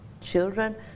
children